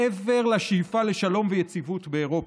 מעבר לשאיפה לשלום ויציבות באירופה.